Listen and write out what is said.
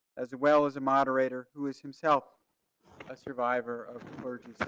as well as a moderator who is himself a survivor of clergy